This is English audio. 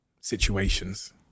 situations